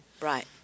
Right